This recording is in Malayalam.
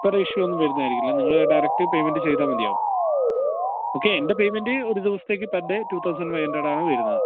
വേറെ ഇഷ്യൂ ഒന്നും വരുന്നതായിരിക്കില്ല നിങ്ങള് ഡയറക്റ്റ് പേമെൻറ്റ് ചെയ്താല് മതിയാകും ഓക്കേ എൻറ്റെ പേമെൻറ്റ് ഒരു ദിവസത്തേക്ക് per day two thousand five ഹണ്ട്രഡാണ് വരുന്നത്